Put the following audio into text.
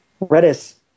Redis